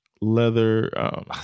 leather